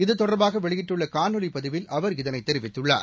இதுதொடர்பாக வெளியிட்டுள்ள காணொலிப் பதிவில் அவர் இதனைத் தெரிவித்துள்ளார்